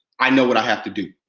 i know what i have to do.